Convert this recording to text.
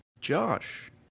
Josh